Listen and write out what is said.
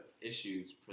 issues